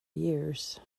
years